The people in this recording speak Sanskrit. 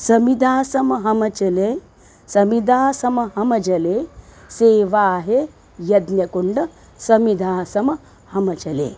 समिधा सम हम चले समिधा सम हम जले सेवा हे यज्ञकुण्डं समिधा सम हम चले